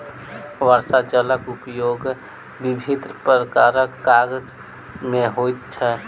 वर्षाक जलक उपयोग विभिन्न प्रकारक काज मे होइत छै